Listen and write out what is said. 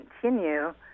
continue